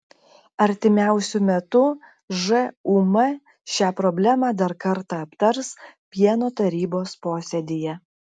artimiausiu metu žūm šią problemą dar kartą aptars pieno tarybos posėdyje